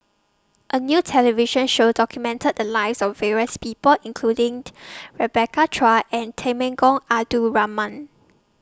A New television Show documented The Lives of various People including Rebecca Chua and Temenggong Abdul Rahman